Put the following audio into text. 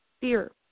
Fear